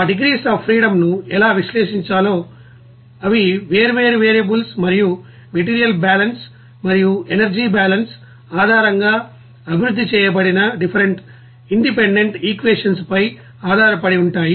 ఆ degrees of freedom ను ఎలా విశ్లేషించాలో అవి వేర్వేరు వేరియబుల్స్ మరియు మెటీరియల్ బాలన్స్ మరియు ఎనర్జీ బాలన్స్ ఆధారంగా అభివృద్ధి చేయబడిన డిఫరెంట్ ఇండిపెండెంట్ ఈక్వేషన్స్ పై ఆధారపడి ఉంటాయి